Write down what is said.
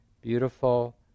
beautiful